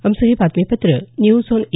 आमचं हे बातमीपत्र न्यूज ऑन ए